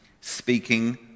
speaking